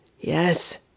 Yes